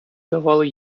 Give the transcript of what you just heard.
давали